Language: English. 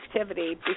activity